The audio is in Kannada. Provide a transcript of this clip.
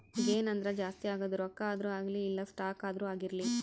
ಗೇನ್ ಅಂದ್ರ ಜಾಸ್ತಿ ಆಗೋದು ರೊಕ್ಕ ಆದ್ರೂ ಅಗ್ಲಿ ಇಲ್ಲ ಸ್ಟಾಕ್ ಆದ್ರೂ ಆಗಿರ್ಲಿ